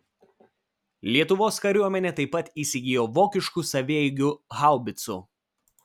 lietuvos kariuomenė taip pat įsigijo vokiškų savaeigių haubicų